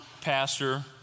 pastor